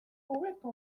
hobeto